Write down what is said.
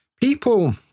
people